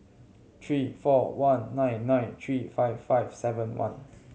three four one nine nine three five five seven one